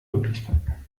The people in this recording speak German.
möglichkeiten